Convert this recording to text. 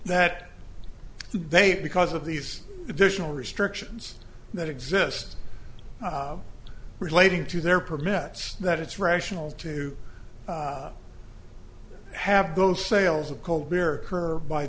that they have because of these additional restrictions that exist relating to their permits that it's rational to have those sales of cold beer her by